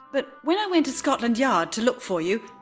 but when i went to scotland yard to look for you,